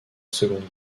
seconde